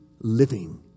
living